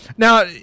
Now